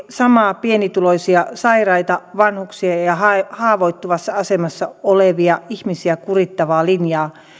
samaa pienituloisia sairaita vanhuksia ja ja haavoittuvassa asemassa olevia ihmisiä kurittavaa linjaa